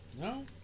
No